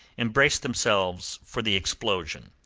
and braced themselves for the explosion.